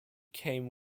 came